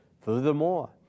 Furthermore